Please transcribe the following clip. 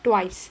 twice